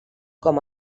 com